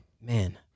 Man